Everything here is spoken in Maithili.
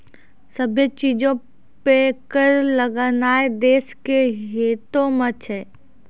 सभ्भे चीजो पे कर लगैनाय देश के हितो मे छै